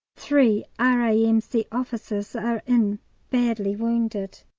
three r a m c. officers are in badly wounded.